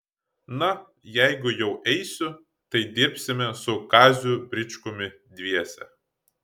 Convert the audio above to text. na jeigu jau eisiu tai dirbsime su kaziu bričkumi dviese